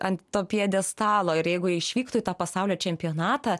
ant to pjedestalo ir jeigu jie išvyktų į tą pasaulio čempionatą